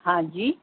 हां जी